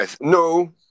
No